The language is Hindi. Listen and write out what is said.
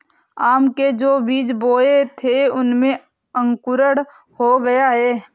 आम के जो बीज बोए थे उनमें अंकुरण हो गया है